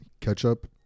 ketchup